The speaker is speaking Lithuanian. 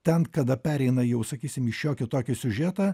ten kada pereina jau sakysim į šiokį tokį siužetą